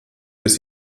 bis